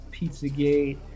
Pizzagate